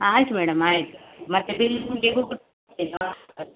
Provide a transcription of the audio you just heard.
ಆಯ್ತು ಮೇಡಮ್ ಆಯಿತು ಮತ್ತೆ ಬಿಲ್ಲು ಹೇಗೂ